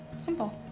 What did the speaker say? simple.